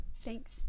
Thanks